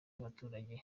n’abaturage